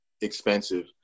expensive